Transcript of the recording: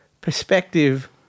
perspective